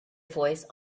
voice